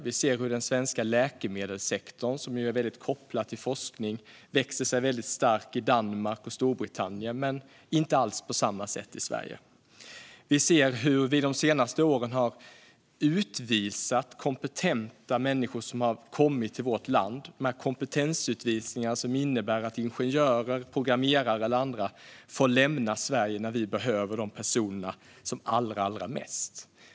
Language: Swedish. Vi ser hur den svenska läkemedelssektorn, som är väldigt kopplad till forskning, växer sig väldigt stark i Danmark och Storbritannien men inte alls på samma sätt i Sverige. Vi ser hur vi de senaste åren har utvisat kompetenta människor som har kommit till vårt land. Dessa kompetensutvisningar innebär att ingenjörer, programmerare eller andra får lämna Sverige när vi behöver de personerna som allra mest.